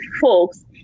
folks